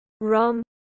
Rom